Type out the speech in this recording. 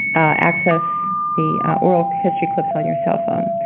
access the oral history clips on your cell phone.